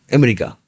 America